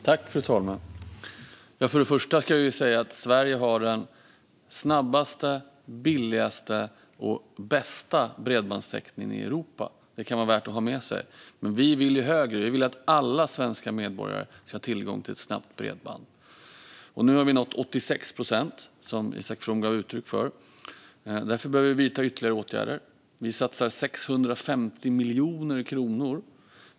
Fru talman! Först och främst ska vi säga att Sverige har den snabbaste, billigaste och bästa bredbandstäckningen i Europa. Det kan vara värt att ha med sig. Men vi vill högre. Vi vill att alla svenska medborgare ska ha tillgång till ett snabbt bredband. Nu har vi nått 86 procent, som Isak From gav uttryck för. Därför behöver vi vidta ytterligare åtgärder. Vi satsar 650 miljoner kronor.